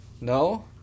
No